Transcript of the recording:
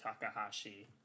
Takahashi